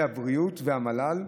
משרד הבריאות והמל"ל,